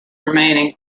remaining